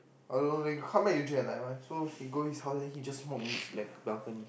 I don't know leh when come back usually like that [one] so he go his house he just walk in his like the balcony